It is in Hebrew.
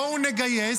בואו נגייס,